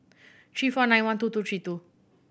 three four nine one two two three two